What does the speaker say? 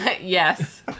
Yes